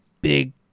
big